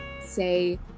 say